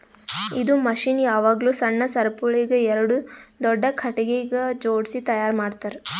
ಇದು ಮಷೀನ್ ಯಾವಾಗ್ಲೂ ಸಣ್ಣ ಸರಪುಳಿಗ್ ಎರಡು ದೊಡ್ಡ ಖಟಗಿಗ್ ಜೋಡ್ಸಿ ತೈಯಾರ್ ಮಾಡ್ತರ್